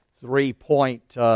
three-point